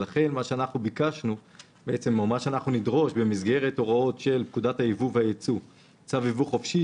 לכן אנחנו נדרוש במסגרת הוראות פקודת הייבוא והייצוא (צו ייבוא חופשי)